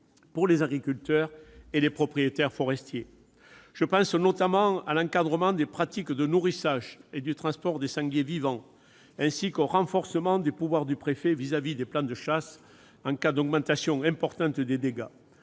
pour les agriculteurs et les propriétaires forestiers. Je pense notamment à l'encadrement des pratiques de nourrissage et du transport des sangliers vivants, ainsi qu'au renforcement des pouvoirs du préfet à l'égard des plans de chasse en cas d'augmentation importante des dégâts.